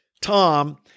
Tom